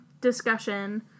discussion